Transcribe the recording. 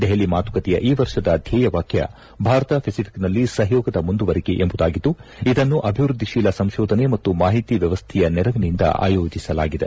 ದೆಹಲಿ ಮಾತುಕತೆಯ ಈ ವರ್ಷದ ಧ್ಯೇಯವಾಕ್ತ ಭಾರತ ಪೆಸಿಫಿಕ್ನಲ್ಲಿ ಸಹಯೋಗದ ಮುಂದುವರಿಕೆ ಎಂಬುದಾಗಿದ್ದು ಇದನ್ನು ಅಭಿವೃದ್ದಿಶೀಲ ಸಂಶೋಧನೆ ಮತ್ತು ಮಾಹಿತಿ ವ್ಯವಸ್ವೆಯ ನೆರವಿನಿಂದ ಆಯೋಜಿಸಲಾಗಿದೆ